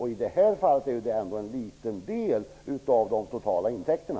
I det här fallet är det ändå bara en liten del av de totala intäkterna.